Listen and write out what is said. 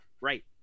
Right